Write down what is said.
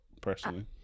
personally